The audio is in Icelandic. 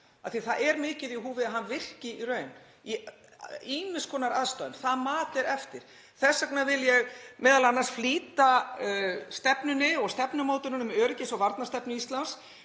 að það er mikið í húfi að hann virki í raun í ýmiss konar aðstæðum. Það mat er eftir. Þess vegna vil ég m.a. flýta stefnunni og stefnumótuninni um öryggis- og varnarstefnu Íslands